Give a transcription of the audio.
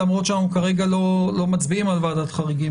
למרות שאנחנו כרגע לא מצביעים על ועדת החריגים.